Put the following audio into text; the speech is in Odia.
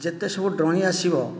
ଯେତେସବୁ ଡ୍ରଇଂ ଆସିବ